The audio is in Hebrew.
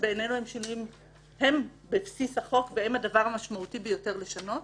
שבעינינו הם שינויים בבסיס החוק והם הדבר המשמעותי ביותר לשנות,